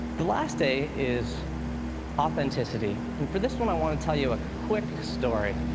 the last a is authenticity. and for this one, i want to tell you a quick story.